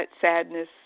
sadness